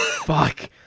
Fuck